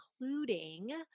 including